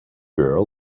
girl